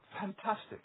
Fantastic